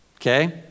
okay